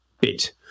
bit